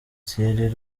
thierry